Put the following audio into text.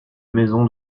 maison